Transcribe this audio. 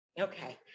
Okay